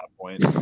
points